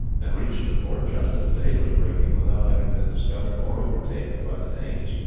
and reached the fort just as day was breaking, without having been discovered or overtaken by the danes.